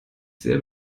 sehr